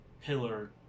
pillar